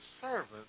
servant